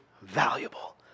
valuable